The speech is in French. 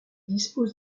dispose